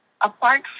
apart